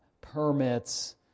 permits